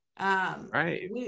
Right